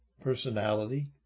personality